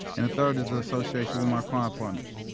and the third is the association with my crime partners